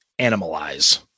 Animalize